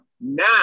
Now